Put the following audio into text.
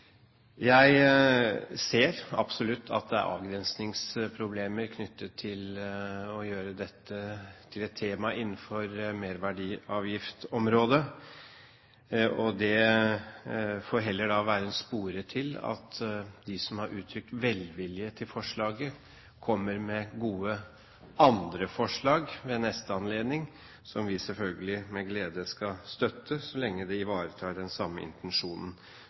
Jeg ser absolutt at det er avgrensningsproblemer knyttet til å gjøre dette til et tema innenfor merverdiavgiftsområdet, og det får heller være en spore til at de som har uttrykt velvilje til forslaget, kommer med andre gode forslag ved neste anledning, som vi selvfølgelig med glede skal støtte så lenge det ivaretar den samme intensjonen